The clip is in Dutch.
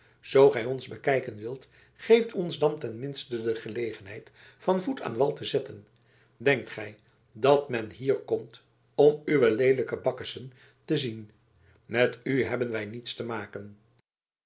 zoo gij ons bekijken wilt geeft ons dan ten minste de gelegenheid van voet aan wal te zetten denkt gij dat men hier komt om uwe leelijke bakkessen te zien met u hebben wij niets te maken